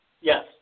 Yes